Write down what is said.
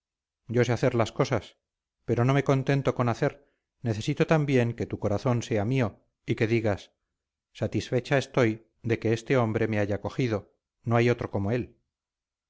yo sé hacer las cosas pero no me contento con hacer necesito también que tu corazón sea mío y que digas satisfecha estoy de que este hombre me haya cogido no hay otro como él